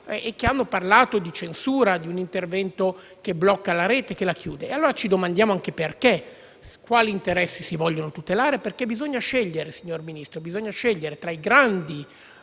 - che hanno parlato di censura, di un intervento che blocca la rete e che la chiude. Ci domandiamo allora anche perché e quali interessi si vogliono tutelare; perché bisogna scegliere, signor Ministro. Ci sono grandi *player*, i grandi